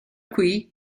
qui